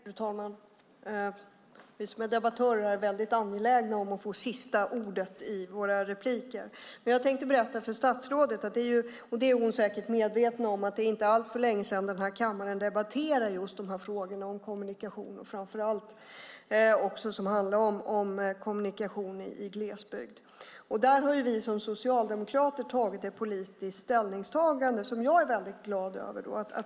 Fru talman! Vi som debatterar här är väldigt angelägna om att få det sista ordet i våra repliker. Jag vill berätta för statsrådet, och det är hon säkert medveten om, att det inte är alltför länge sedan som den här kammaren debatterade just de här frågorna om kommunikation och framför allt kommunikation i glesbygd. Där har vi socialdemokrater tagit ett politiskt ställningstagande som jag är väldigt glad över.